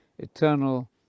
eternal